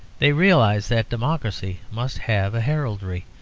they realized that democracy must have a heraldry,